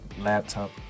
laptop